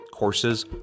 Courses